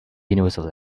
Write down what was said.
universal